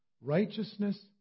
righteousness